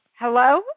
Hello